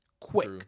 quick